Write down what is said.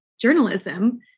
journalism